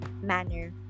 manner